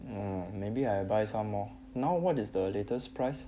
hmm maybe I buy some more now what is the latest price